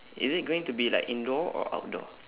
is it going to be like indoor or outdoor